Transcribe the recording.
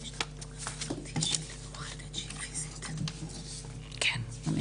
אני רוצה לציין שבאמת הכשלים שהועלו פה הם כשלים שאנחנו ערים להם